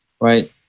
right